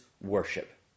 Worship